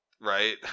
Right